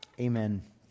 Amen